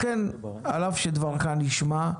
לכן על אף שדברך נשמע,